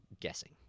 guessing